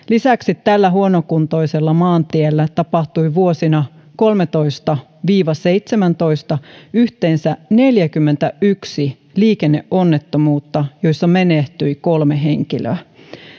lisäksi tällä huonokuntoisella maantiellä tapahtui vuosina kolmetoista viiva seitsemäntoista yhteensä neljäkymmentäyksi liikenneonnettomuutta joissa menehtyi kolme henkilöä